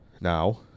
now